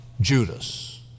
Judas